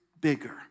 bigger